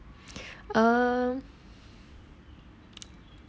um